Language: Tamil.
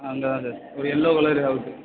ஆ அங்கேதான் சார் ஒரு எள்ளோ கலர் ஹவுஸ்ஸூ